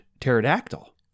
pterodactyl